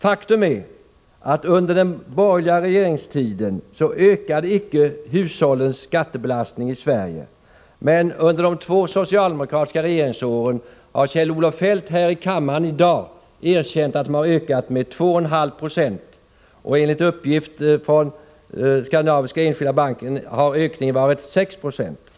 Faktum är att under den borgerliga regeringstiden ökade icke hushållens skattebelastning i Sverige, men under de två socialdemokratiska regeringsåren har den — det har Kjell-Olof Feldt erkänt här i kammaren i dag — ökat med 2,5 96. Enligt uppgift från Skandinaviska Enskilda Banken har ökningen varit 6 90.